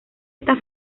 esta